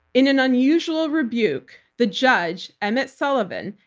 in an unusual rebuke, the judge, emmet sullivan,